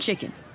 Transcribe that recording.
chicken